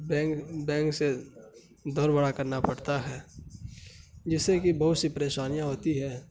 being bank سے دوڑ بھاگ کرنا پڑتا ہے جس سے کہ بہت سی پریشانیاں ہوتی ہے